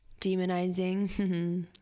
demonizing